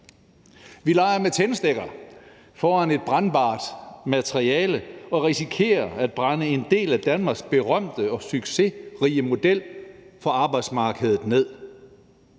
Vi leger med tændstikker foran et brandbart materiale og risikerer at brænde en del af Danmarks berømte og succesrige model for arbejdsmarkedet ned.